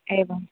एवम्